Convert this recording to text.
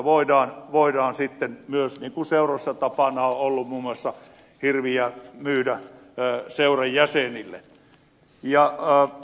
näitä voidaan sitten myös niin kuin seuroissa tapana on ollut muun muassa hirvenlihaa myydä seuran jäsenille